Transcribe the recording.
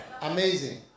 amazing